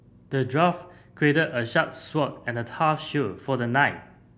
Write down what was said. the dwarf a sharp sword and a tough shield for the knight